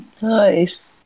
Nice